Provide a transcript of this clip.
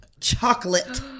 chocolate